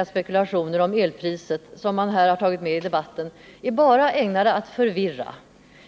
ekonomiska spekulationer om elpriset som man har ägnat sig åt i den här debatten skapar bara förvirring.